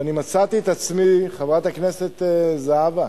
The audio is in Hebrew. ואני מצאתי את עצמי, חברת הכנסת זהבה,